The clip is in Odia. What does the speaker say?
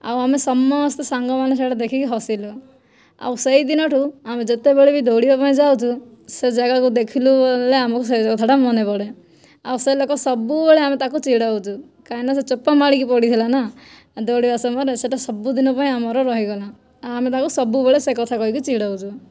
ଆଉ ଆମେ ସମସ୍ତେ ସାଙ୍ଗମାନେ ସେଇଟା ଦେଖିକି ହସିଲୁ ଆଉ ସେହିଦିନ ଠାରୁ ଆମେ ଯେତେବେଳେ ବି ଦୌଡ଼ିବା ପାଇଁ ଯାଉଛୁ ସେ ଜାଗାକୁ ଦେଖିଲୁ ବୋଇଲେ ଆମକୁ ସେ କଥାଟା ମନେପଡ଼େ ଆଉ ସେ ଲୋକ ସବୁବେଳେ ଆମେ ତାକୁ ଚିଡ଼ଉଛୁ କାହିଁକିନା ସେ ଚୋପା ମାଡ଼ିକି ପଡ଼ିଥିଲା ନା ଦୌଡ଼ିବା ସମୟରେ ସେଇଟା ସବୁଦିନ ପାଇଁ ଆମର ରହିଗଲା ଆଉ ଆମେ ତାକୁ ସବୁବେଳେ ସେହି କଥା କହିକି ଚିଡ଼ଉଛୁ